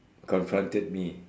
confronted me